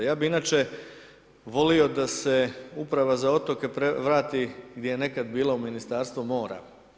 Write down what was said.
Ja bi inače volio da se uprava za otoke vrati gdje je nekad bilo u Ministarstvo mora.